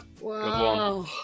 Wow